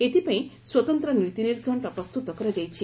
ଏଥିପାଇଁ ସ୍ୱତନ୍ତ ନୀତିନିର୍ଘକ୍କ ପ୍ରସ୍ତୁତ କରାଯାଇଛି